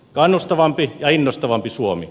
kannustavampi ja innostavampi suomi